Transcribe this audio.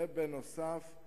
בנוסף,